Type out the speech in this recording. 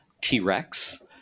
T-Rex